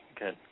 Good